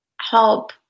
help